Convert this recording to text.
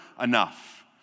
enough